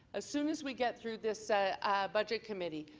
as soon as we get through this ah budget committee,